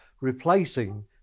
replacing